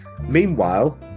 Meanwhile